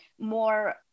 more